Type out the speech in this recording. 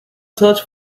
search